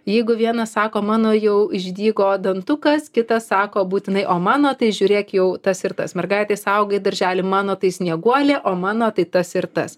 jeigu vienas sako mano jau išdygo dantukas kitas sako būtinai o mano tai žiūrėk jau tas ir tas mergaitės auga į darželį mano tai snieguolė o mano tai tas ir tas